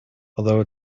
although